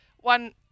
one